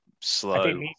slow